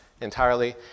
entirely